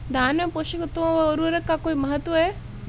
धान में पोषक तत्वों व उर्वरक का कोई महत्व है?